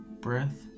breath